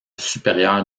supérieure